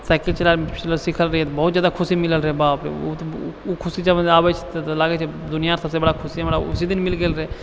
cycle चलाय सीखल रहियै तऽ बहुत जादा खुशी मिलल रहय बापरे उ तऽ उ खुशी जब याद आबय छै तऽ लागय छै जे दुनियाके सबसँ बड़ा खुशी हमरा उसी दिन मिल गेल रहय